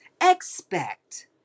expect